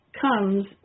comes